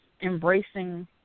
embracing